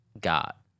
got